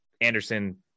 Anderson